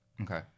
Okay